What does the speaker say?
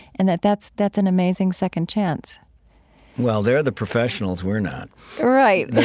and that that's that's an amazing second chance well, they're the professionals, we're not right.